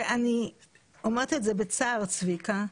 אני אומרת את זה בצער, צביקה,